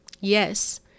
Yes